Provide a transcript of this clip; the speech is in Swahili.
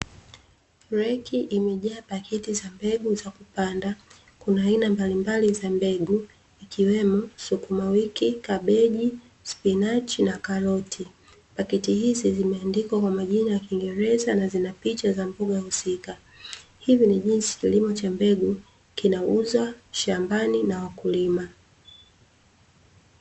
Reki imejaa pakiti za mbegu za kupanda kuna aina mbalimbali za mbegu ikiwemo sukuma wiki, kabeji, spinachi na karoti. Pakiti hizi zimeandikwa kwa majina ya kingereza na zina picha za mboga husika, hivi ni jinsi kilimo cha mbegu kinauzwa shambani na wakulima.